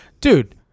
Dude